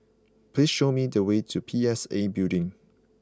please show me the way to P S A Building